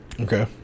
Okay